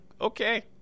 Okay